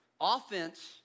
Offense